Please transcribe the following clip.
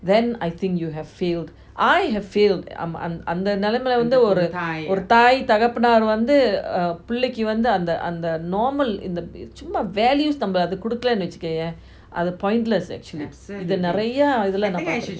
then I think you have failed I have failed அந்த நெலமைல வந்து அந்த தாய் தகப்பனாரு வந்து பிள்ளைக்கி வந்து:antha nelamaila vanthu antha thaai thagapanaru vanthu pillaiki vanthu normal சும்மா:summa values அது நம்ம குடுக்கலைனு வெச்சிக்கோயேன்:athu namma kudukalanu vechikoyean pointless actually இது நான் நெறய இதுல பாத்து இருக்கான்:ithu naan neraya ithula paathu irukan